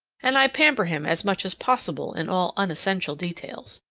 and i pamper him as much as possible in all unessential details.